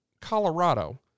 Colorado